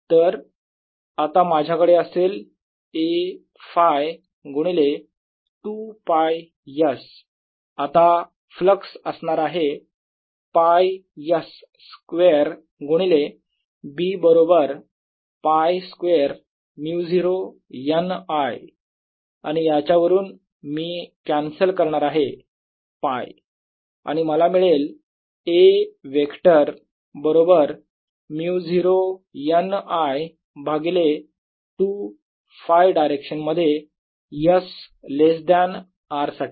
तर आता माझ्याकडे असेल A Φ गुणिले 2 π s आता फ्लक्स असणार आहे π s स्क्वेअर गुणिले B बरोबर π स्क्वेअर μ0 n I आणि याच्या वरून मी कॅन्सल करणार आहे π आणि मला मिळेल A वेक्टर बरोबर μ0 n I भागिले 2 Φ डायरेक्शन मध्ये s लेस दॅन R साठी